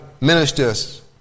ministers